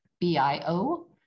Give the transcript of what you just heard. B-I-O